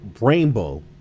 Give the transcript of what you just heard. rainbow